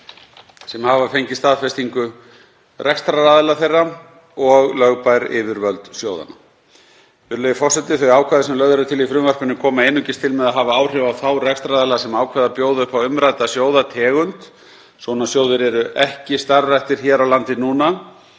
sem hafa fengið staðfestingu rekstraraðila þeirra og lögbær yfirvöld sjóðanna. Virðulegi forseti. Þau ákvæði sem lögð eru til í frumvarpinu koma einungis til með að hafa áhrif á þá rekstraraðila sem ákveða að bjóða upp á umrædda sjóðategund. Svona sjóðir eru ekki starfræktir hér á landi núna,